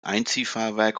einziehfahrwerk